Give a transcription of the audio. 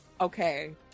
Okay